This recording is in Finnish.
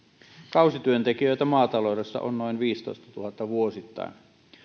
kausityöntekijöitä maataloudessa on noin viidentoistatuhannen vuosittain